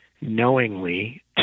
knowingly